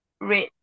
red